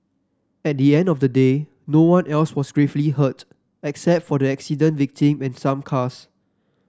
at the end of the day no one else was gravely hurt except for the accident victim and some cars